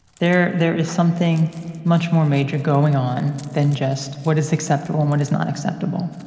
there there is something much more major going on than just what is acceptable and what is not acceptable.